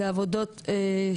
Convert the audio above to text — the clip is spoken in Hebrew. שעות העבודה פה ארוכות מאוד.